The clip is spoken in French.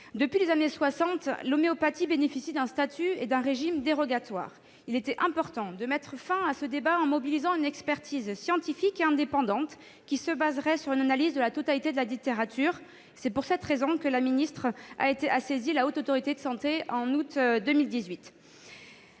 Depuis les années soixante, l'homéopathie bénéficie d'un statut et d'un régime dérogatoires. Il était important de mettre fin à ce débat en mobilisant une expertise scientifique et indépendante qui se baserait sur une analyse de la totalité de la littérature. C'est pour cette raison que Mme la ministre a saisi la Haute Autorité de santé en août 2018.